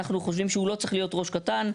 אנחנו חושבים שהוא לא צריך להיות ראש קטן.